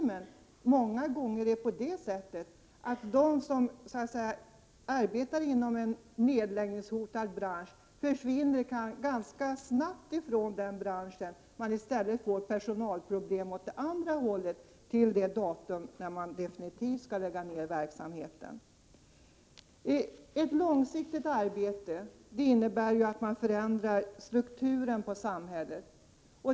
Många gånger är ett av problemen att de som arbetar inom en nedläggningshotad bransch snabbt försvinner från denna bransch, så att man i stället får personalproblem åt så att säga det andra hållet fram till den tidpunkt då en nedläggning definitivt skall ske. Ett långsiktigt arbete innebär att man förändrar strukturen på samhället.